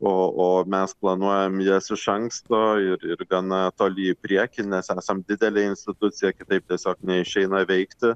o o mes planuojam jas iš anksto ir gana toli į priekį nes esam didelė institucija kitaip tiesiog neišeina veikti